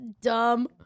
Dumb